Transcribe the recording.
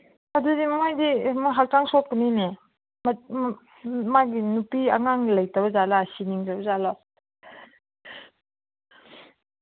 ꯑꯗꯨꯗꯤ ꯃꯣꯏꯗꯤ ꯍꯛꯆꯥꯡ ꯁꯣꯛꯀꯅꯤꯅꯦ ꯃꯥꯒꯤ ꯅꯨꯄꯤ ꯑꯉꯥꯡ ꯂꯩꯇꯕꯖꯥꯠꯂ ꯁꯤꯅꯤꯡꯉꯕ ꯖꯥꯠꯂꯣ